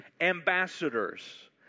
ambassadors